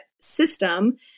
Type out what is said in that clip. system